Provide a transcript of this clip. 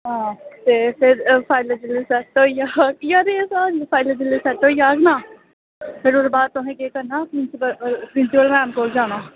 हां ते फिर फाईलां जिसलै सैट्ट होई जाह्ग ना फिर ओह्दै बाद तुसें केह् करना प्रिंसिपल मैंम कोल जाना